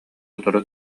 сотору